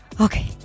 Okay